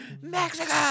Mexico